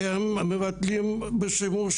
תודה.